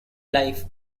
life